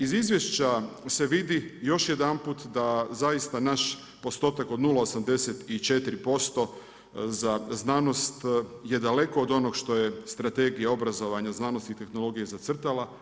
Iz izvješća se vidi, još jedanput da zaista naš postotak od 0,84% za znanost je daleko od onog što je Strategija obrazovanja znanosti i tehnologije zacrtala.